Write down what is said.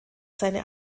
seine